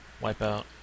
Wipeout